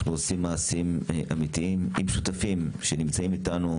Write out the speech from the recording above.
אנחנו עושים מעשים אמיתיים עם שותפים שנמצאים איתנו,